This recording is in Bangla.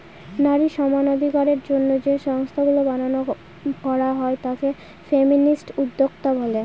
নারী সমানাধিকারের জন্য যে সংস্থাগুলা বানানো করা হয় তাকে ফেমিনিস্ট উদ্যোক্তা বলে